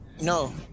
No